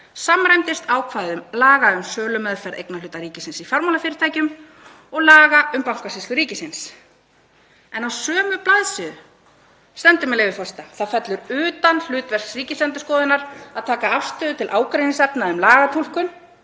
samræmdist ákvæðum laga um sölumeðferð eignarhluta ríkisins í fjármálafyrirtækjum og laga um Bankasýslu ríkisins. En á sömu blaðsíðu stendur, með leyfi forseta: „Það fellur utan hlutverks Ríkisendurskoðunar að taka afstöðu til ágreiningsefna um lagatúlkun